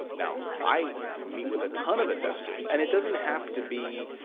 now, i meet with a ton of investors, and it doesn't have to be